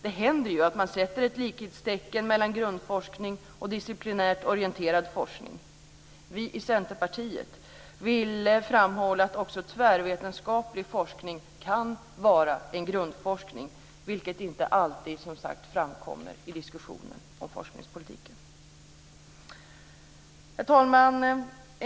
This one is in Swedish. Det händer att man sätter likhetstecken mellan grundforskning och disciplinärt orienterad forskning. Vi i Centerpartiet vill framhålla att också tvärvetenskaplig forskning kan vara en grundforskning, vilket som sagt inte alltid framkommer i diskussionen om forskningspolitiken. Herr talman!